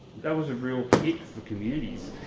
that was a real hit for communities.